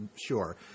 sure